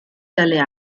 dalle